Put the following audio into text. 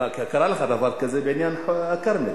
קרה לך דבר כזה בעניין הכרמל.